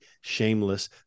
shameless